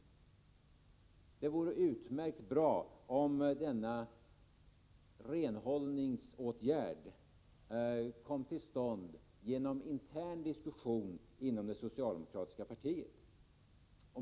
Det vore utmärkt om denna renhållningsåtgärd kom till stånd genom intern diskussion inom det socialdemokratiska partiet.